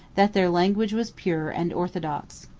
that their language was pure and orthodox.